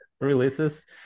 releases